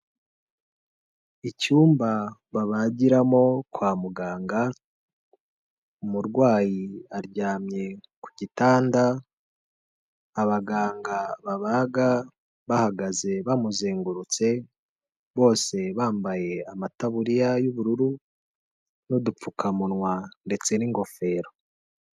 Icyumba babagiramo kwa muganga, umurwayi aryamye ku gitanda, abaganga babaga bahagaze bamuzengurutse, bose bambaye amataburiya y'ubururu n'udupfukamunwa ndetse n'ingofero.